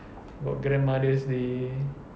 got grandmother's day